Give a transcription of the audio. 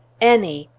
any,